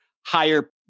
higher